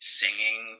singing